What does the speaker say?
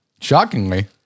Shockingly